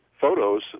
photos